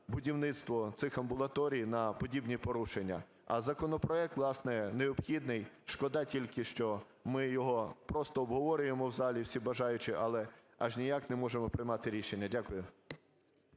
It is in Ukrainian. будівництво цих амбулаторій, на подібні порушення. А законопроект, власне, необхідний. Шкода тільки, що ми його просто обговорюємо в залі, всі бажаючі, але аж ніяк не можемо приймати рішення. Дякую.